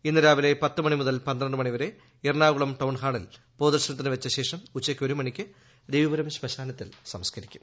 ഇന്ന് രാവിലെ പത്ത് മണി മുതൽ പന്ത്രണ്ട് മണിവരെ എറണാകുളം ടൌൺ ഹാളിൽ പൊതു ദർശനത്തിന് വച്ചശേഷം ഉച്ചയ്ക്ക് ഒരുമണിയ്ക്ക് രവിപുരം ശ്മശാനത്തിൽ സംസ്കരിക്കും